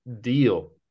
deal